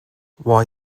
why